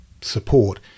support